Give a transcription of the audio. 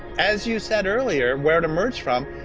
as you said earlier, where it emerged from,